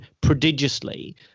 prodigiously